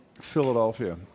Philadelphia